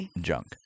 junk